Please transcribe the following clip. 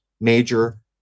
major